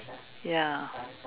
ya